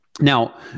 Now